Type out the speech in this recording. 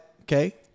Okay